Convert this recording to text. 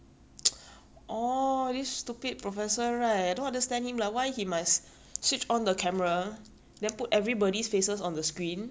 orh this stupid professor right I don't understand him lah why he must switch on the camera then put everybody's faces on the screen